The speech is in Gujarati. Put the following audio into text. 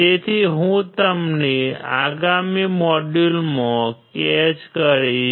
તેથી હું તમને આગામી મોડ્યુલમાં કેચ કરીશ